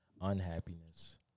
unhappiness